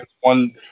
One